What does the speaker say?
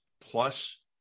plus